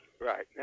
Right